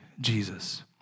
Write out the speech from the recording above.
Jesus